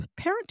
parenting